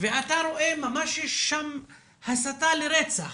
ואתה רואה ממש שיש שם הסתה לרצח,